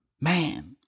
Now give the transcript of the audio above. man